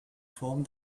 form